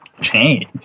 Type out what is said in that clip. change